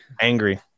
angry